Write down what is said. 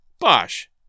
Bosh